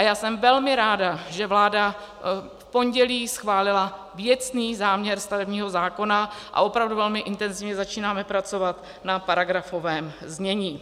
Já jsem velmi ráda, že vláda v pondělí schválila věcný záměr stavebního zákona, a opravdu velmi intenzivně začínáme pracovat na paragrafovém znění.